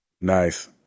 Nice